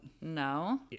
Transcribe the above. No